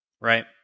Right